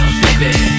baby